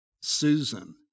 Susan